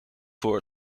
voor